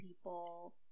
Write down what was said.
people